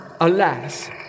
alas